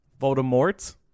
Voldemort